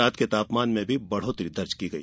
रात के तापमान में भी बढ़ौतरी दर्ज की गई